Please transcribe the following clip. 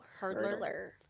Hurdler